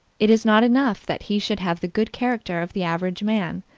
it is not enough that he should have the good character of the average man.